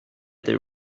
there